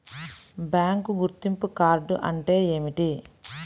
Bank గుర్తింపు card అంటే ఏమిటి?